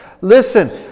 Listen